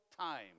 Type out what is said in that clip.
time